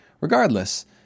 Regardless